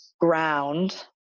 ground